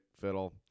fiddle